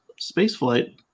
spaceflight